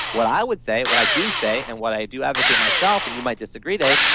what i would say, what i do say and what i do advocate myself, and you might disagree, dave,